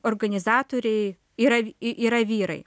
organizatoriai yra yra vyrai